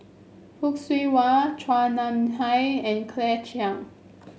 Fock Siew Wah Chua Nam Hai and Claire Chiang